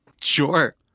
Sure